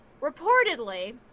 reportedly